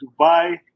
Dubai